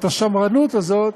את השמרנות הזאת,